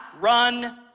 run